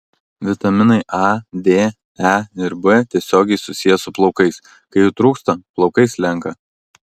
vitaminai a d e ir b tiesiogiai susiję su plaukais kai jų trūksta plaukai slenka